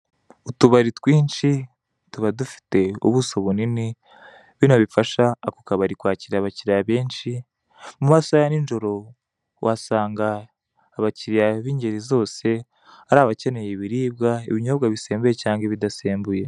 Utubari twinshi tuba dufite ubuso bunini bino bifasha Ako kabari kwakira abakiriya benshi, mumasaha ya nijoro uhasanga abakiriya bingeri zose ari abakeneye ibiribwa ibinyobwa bisembuye cyangwa ibidasembuye